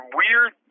weird